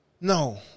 No